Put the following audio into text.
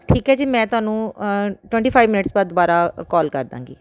ਠੀਕ ਹੈ ਜੀ ਮੈਂ ਤੁਹਾਨੂੰ ਟਵੰਟੀ ਫਾਈਵ ਮਿਨਟਸ ਬਾਅਦ ਦੁਬਾਰਾ ਕੌਲ ਕਰਦਾਂਗੀ